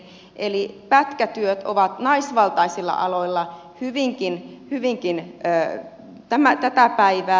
eli pätkätyöt ovat naisvaltaisilla aloilla hyvinkin tätä päivää